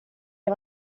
det